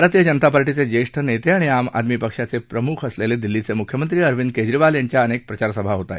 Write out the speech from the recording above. भारतीय जनता पार्टीचे ज्येष्ठ नेते आणि आम आदमी पक्षाचे प्रमुख असलेले दिल्लीचे मुख्यमंत्री अरविंद केजरीवाल यांच्या अनेक प्रचारसभा होत आहेत